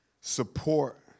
support